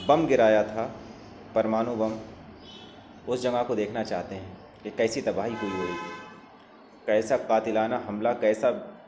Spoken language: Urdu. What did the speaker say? بم گرایا تھا پرمانو بم اس جگہ کو دیکھنا چاہتے ہیں کہ کیسی تباہی ہوئی ہوگی کیسا قاتلانہ حملہ کیسا